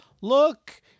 look